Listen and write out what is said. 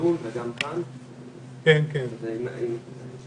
קודם הערות לגבי זה.